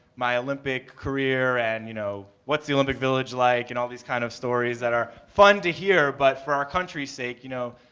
my olympic career and, you know, what's the olympic village like and all these kind of stories that are fun to hear but for our country's sake, you know,